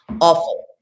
awful